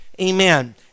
Amen